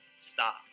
stop